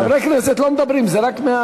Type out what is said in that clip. חברי כנסת לא מדברים, זה רק,